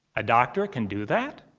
a doctor can do that?